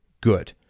good